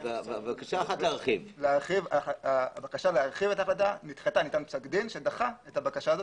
הבקשה להרחיב את ההחלטה נדחתה ניתן פסק דין שדחה את הבקשה הזאת,